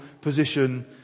position